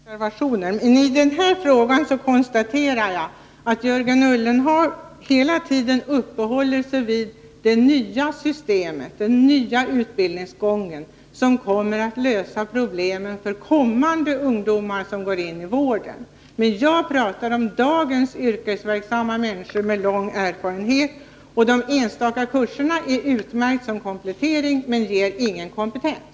Herr talman! Det finns flera reservationer. I den här frågan konstaterar jag att Jörgen Ullenhag hela tiden uppehåller sig vid det nya systemet och den nya utbildningsgången, som kommer att lösa problemen för kommande ungdomsgrupper som går in i vården. Jag talar om dagens yrkesverksamma människor med lång erfarenhet. De enstaka kurserna är utmärkta som komplettering, men de ger ingen kompetens.